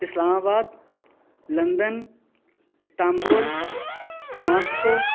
اِسلام آباد London Istanbul Moscow